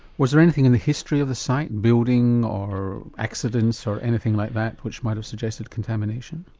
was there anything in the history of the site building, or accidents, or anything like that which might have suggested contamination?